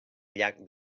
llac